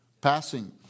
passing